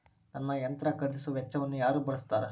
ನನ್ನ ಯಂತ್ರ ಖರೇದಿಸುವ ವೆಚ್ಚವನ್ನು ಯಾರ ಭರ್ಸತಾರ್?